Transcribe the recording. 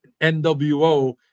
NWO